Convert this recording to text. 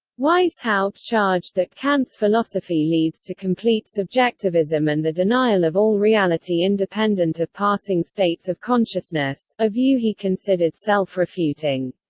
weishaupt charged that kant's philosophy leads to complete subjectivism and the denial of all reality independent of passing states of consciousness, a view he considered self-refuting.